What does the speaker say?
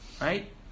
Right